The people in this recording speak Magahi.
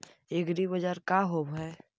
एग्रीबाजार का होव हइ?